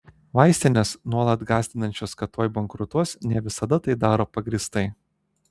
vaistinės nuolat gąsdinančios kad tuoj bankrutuos ne visada tai daro pagrįstai